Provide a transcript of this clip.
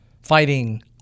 fighting